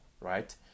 right